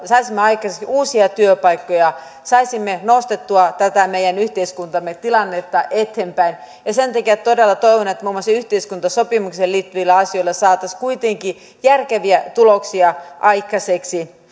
saisimme aikaiseksi uusia työpaikkoja saisimme nostettua tätä meidän yhteiskuntamme tilannetta eteenpäin ja sen takia todella toivon että muun muassa yhteiskuntasopimukseen liittyvillä asioilla saataisiin kuitenkin järkeviä tuloksia aikaiseksi